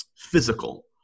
physical